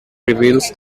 reveals